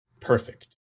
perfect